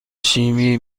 شیمی